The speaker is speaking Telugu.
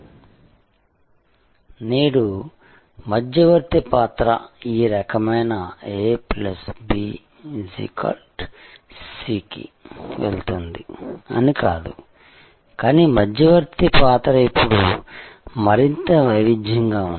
కానీ నేడు మధ్యవర్తి పాత్ర ఈ రకమైన a b → c వెళుతుంది అని కాదు కానీ మధ్యవర్తి పాత్ర ఇప్పుడు మరింత వైవిధ్యంగా ఉంది